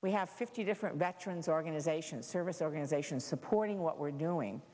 we have fifty different veterans organizations service organizations supporting what we're doing